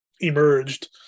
emerged